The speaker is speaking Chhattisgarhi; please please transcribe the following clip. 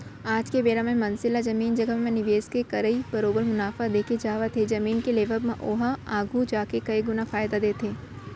आज के बेरा म मनसे ला जमीन जघा म निवेस के करई बरोबर मुनाफा देके जावत हे जमीन के लेवब म ओहा आघु जाके कई गुना फायदा देथे